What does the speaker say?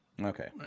Okay